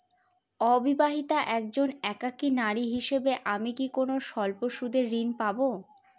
অবিবাহিতা একজন একাকী নারী হিসেবে আমি কি কোনো স্বল্প সুদের ঋণ পাব?